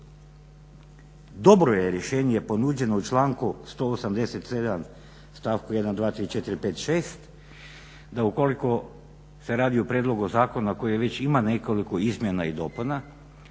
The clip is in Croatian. Dobro je rješenje ponuđeno u članku 187. stavku 1., 2., 3., 4., 5., 6., da ukoliko se radi o prijedlogu zakona koji već ima nekoliko izmjena i dopuna